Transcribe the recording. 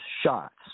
shots